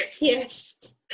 Yes